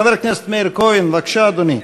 חבר הכנסת מאיר כהן, בבקשה, אדוני.